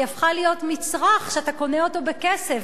היא הפכה להיות מצרך שאתה קונה אותו בכסף,